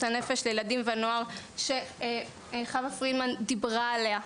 הנפש לילדים ונוער שחווה פרידמן דיברה עליה.